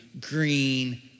green